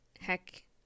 Heck